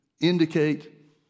indicate